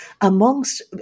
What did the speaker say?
amongst